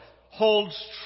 holds